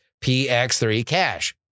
px3cash